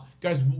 guys